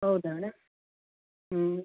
ಹೌದಾ ಮೇಡಮ್ ಹ್ಞೂಂ